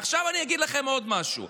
עכשיו אני אגיד לכם עוד משהו: